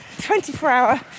24-hour